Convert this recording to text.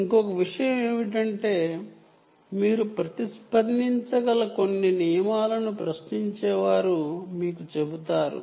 ఇంకొక విషయం ఏమిటంటే మీరు ప్రతిస్పందించగల కొన్ని నియమాలను ఇంట్రాగేటర్ మీకు చెబుతుంది